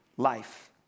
life